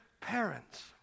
parents